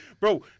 bro